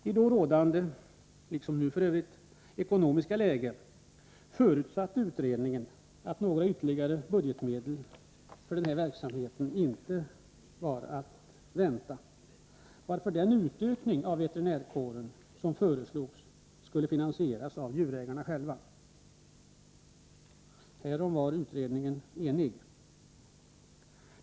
I rådande ekonomiska läge förutsatte utredningen att några ytterligare budgetmedel för verksamheten inte var att vänta, varför den utökning av veterinärkåren som föreslogs skulle finansieras av djurägarna. Härom var utredningen enig.